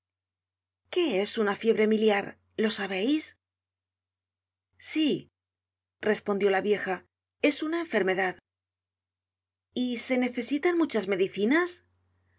qué es una fiebre miliar lo sabeis sí respondió la vieja es un enfermedad y se necesitan muchas medicinas